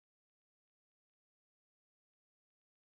yes I also see three they are